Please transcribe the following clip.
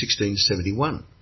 1671